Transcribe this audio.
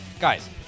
Guys